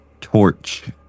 torch